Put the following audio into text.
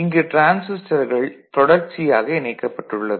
இங்கு டிரான்சிஸ்டர்கள் தொடர்ச்சியாக இணைக்கப்பட்டுள்ளது